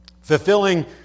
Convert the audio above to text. Fulfilling